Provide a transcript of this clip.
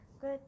Good